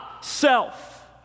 self